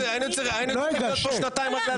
היינו צריכים להיות פה שנתיים רק להצבעות.